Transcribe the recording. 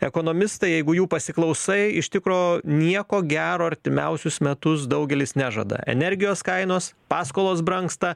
ekonomistai jeigu jų pasiklausai iš tikro nieko gero artimiausius metus daugelis nežada energijos kainos paskolos brangsta